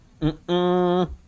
Mm-mm